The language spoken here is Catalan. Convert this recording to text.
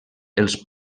els